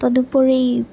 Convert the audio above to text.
তদুপৰি